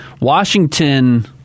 Washington